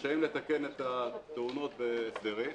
לתקן את התאונות בהסדרים.